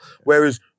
Whereas